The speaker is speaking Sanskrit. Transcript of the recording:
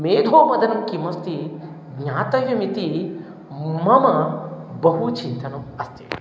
मेधोपतनं किम् अस्ति ज्ञातव्यम् इति मम बहु चिन्तनम् अस्ति